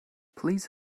please